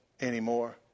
anymore